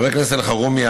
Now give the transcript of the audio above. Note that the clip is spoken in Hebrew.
חבר הכנסת אלחרומי,